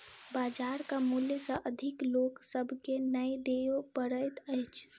बजारक मूल्य सॅ अधिक लोक सभ के नै दिअ पड़ैत अछि